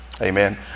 amen